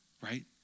Right